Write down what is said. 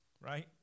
right